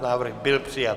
Návrh byl přijat.